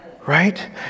right